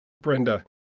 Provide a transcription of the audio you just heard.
Brenda